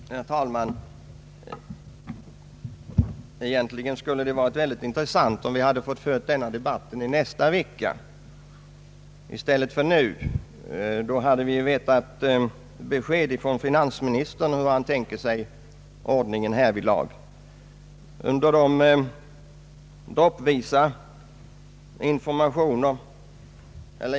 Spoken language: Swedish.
Herr talman! Egentligen skulle det ha varit mycket intressant om vi hade fått föra denna debatt i nästa vecka i stället för nu. Då hade vi haft besked från finansministern om hur han tänkt sig ordningen beträffande kapitalskatten.